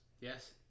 Yes